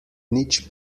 nič